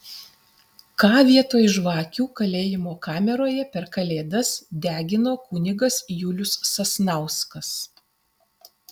ką vietoj žvakių kalėjimo kameroje per kalėdas degino kunigas julius sasnauskas